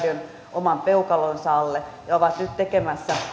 oman peukalonsa alle ja ovat nyt tekemässä